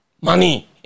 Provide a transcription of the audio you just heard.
money